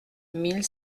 mille